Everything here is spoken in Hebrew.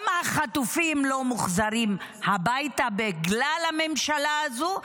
גם החטופים לא מוחזרים הביתה בגלל הממשלה הזאת,